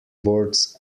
boards